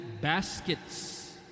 baskets